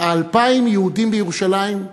2,000 יהודים בירושלים.